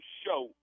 show